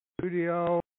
studio